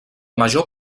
major